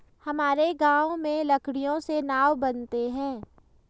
हमारे गांव में लकड़ियों से नाव बनते हैं